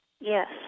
Yes